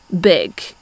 big